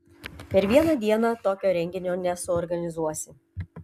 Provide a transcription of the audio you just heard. per vieną dieną tokio renginio nesuorganizuosi